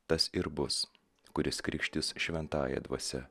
tas ir bus kuris krikštys šventąja dvasia